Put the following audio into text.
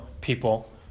people